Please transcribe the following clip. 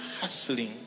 hustling